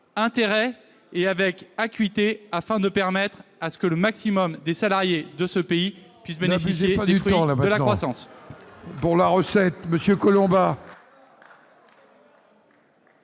intérêt et avec acuité afin que le maximum des salariés de ce pays puissent bénéficier du fruit de la croissance.